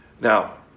Now